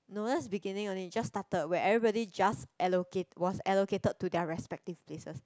no that's beginning only just started where everybody just allocate was allocated to their respective places